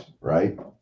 right